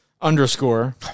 underscore